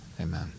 amen